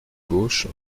gauche